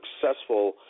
successful